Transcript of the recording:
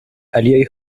aliaj